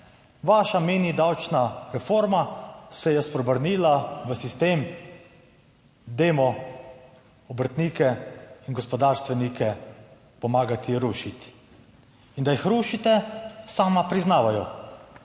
vaša mini davčna reforma se je spreobrnila v sistem dajmo obrtnike in gospodarstvenike pomagati rušiti in da jih rušite sama priznavajo.